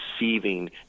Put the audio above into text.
receiving